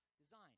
design